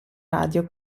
radio